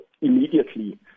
immediately